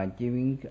giving